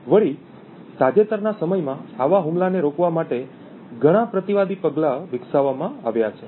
વળી તાજેતરના સમયમાં આવા હુમલાને રોકવા માટે ઘણાં પ્રતિવાદી પગલાં વિકસાવવામાં આવ્યા છે